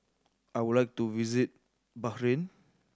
I would like to visit Bahrain